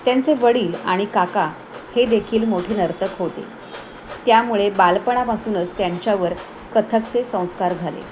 त्यांचे वडील आणि काका हे देखील मोठे नर्तक होते त्यामुळे बालपणापासूनच त्यांच्यावर कथकचे संस्कार झाले